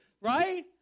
right